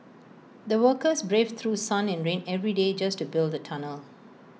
the workers braved through sun and rain every day just to build the tunnel